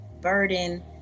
burden